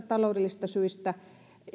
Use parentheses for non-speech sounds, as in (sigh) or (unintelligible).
(unintelligible) taloudellisista syistä